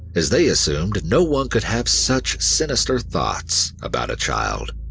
as they assumed no one could have such sinister thoughts about a child.